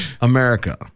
America